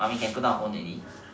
mummy can put down your phone already